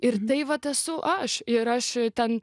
ir tai vat esu aš ir aš ten